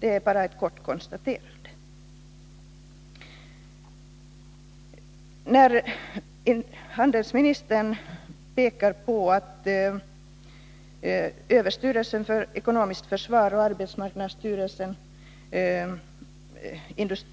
Detta är bara ett kort konstaterande. Handelsministern pekar på att överstyrelsen för ekonomiskt försvar, arbetsmarknadsstyrelsen,